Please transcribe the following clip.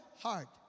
heart